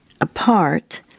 apart